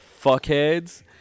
fuckheads